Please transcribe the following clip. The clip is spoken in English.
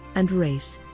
and race.